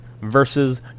versus